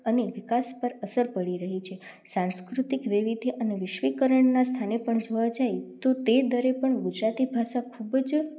અને વિકાસ પર અસર પળી રહી છે સાંસ્કૃતિક વૈવિધ્ય અને વૈશ્વિકરણના સ્થાને પણ જોવા જઈએ તો તે દરે પણ ગુજરાતી ભાષા ખૂબ જ